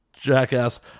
jackass